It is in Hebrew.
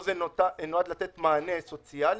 ברגע שאתה בא לאותם עובדים מסכנים